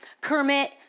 Kermit